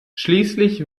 schließlich